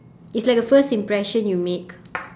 it's like a first impression you make